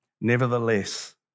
Nevertheless